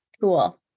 cool